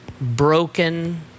broken